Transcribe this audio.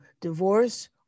divorce